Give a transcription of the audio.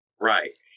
right